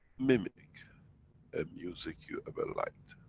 mimic a music you ever liked?